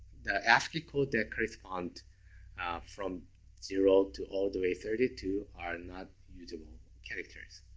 the ascii code that correspond from zero to all the way thirty two are not usable characters.